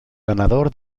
ganador